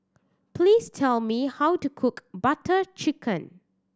please tell me how to cook Butter Chicken